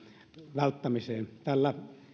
välttämiseen tällä